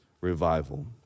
revival